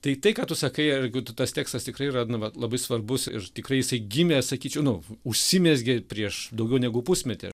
tai tai ką tu sakai jeigu tu tas tekstas tikrai yra nu vat labai svarbus ir tikrai jisai gimė sakyčiau nu užsimezgė prieš daugiau negu pusmetį